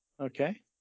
Okay